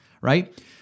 Right